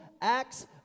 acts